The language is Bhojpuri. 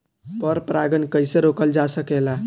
पर परागन कइसे रोकल जा सकेला?